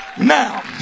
Now